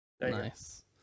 Nice